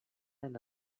and